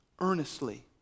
earnestly